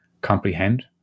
comprehend